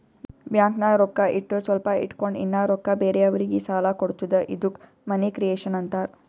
ಬ್ಯಾಂಕ್ನಾಗ್ ರೊಕ್ಕಾ ಇಟ್ಟುರ್ ಸ್ವಲ್ಪ ಇಟ್ಗೊಂಡ್ ಇನ್ನಾ ರೊಕ್ಕಾ ಬೇರೆಯವ್ರಿಗಿ ಸಾಲ ಕೊಡ್ತುದ ಇದ್ದುಕ್ ಮನಿ ಕ್ರಿಯೇಷನ್ ಆಂತಾರ್